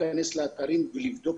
הדבר השלישי,